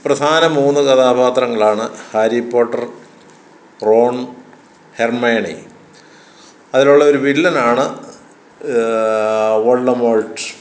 പ്രധാന മൂന്ന് കഥാപാത്രങ്ങളാണ് ഹാരി പോട്ടർ റോൺ ഹെർമയണി അതിലുള്ള ഒര് വില്ലനാണ് ഓൾഡമോൾഡ്